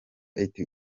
iti